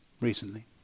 recently